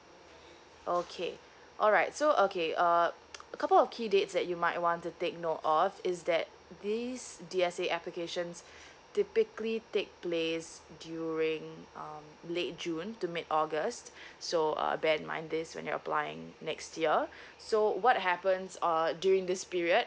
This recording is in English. okay alright so okay uh a couple of key dates that you might want to take note of is that these D_S_A applications typically take place during um late june to mid august so uh bear in mind this when you're applying next year so what happens uh during this period